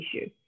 issue